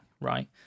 right